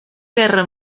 guerra